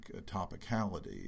topicality